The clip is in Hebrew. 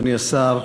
אדוני השר,